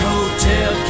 Hotel